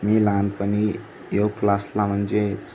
मी लहानपणी योग क्लासला म्हणजेच